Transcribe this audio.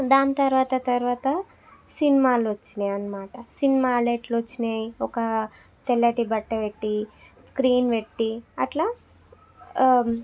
దాని తర్వాత తర్వాత సినిమాలు వచ్చాయన్నమాట సినిమాలే ఎలా వచ్చాయి ఒక తెల్లటి బట్ట పెట్టి స్క్రీన్ పెట్టి అలా